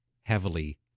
heavily